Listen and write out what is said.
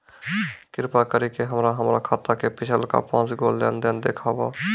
कृपा करि के हमरा हमरो खाता के पिछलका पांच गो लेन देन देखाबो